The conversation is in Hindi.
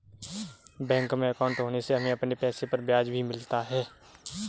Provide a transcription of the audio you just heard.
बैंक में अंकाउट होने से हमें अपने पैसे पर ब्याज भी मिलता है